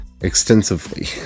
extensively